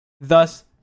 Thus